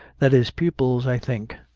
that his pupils, i think,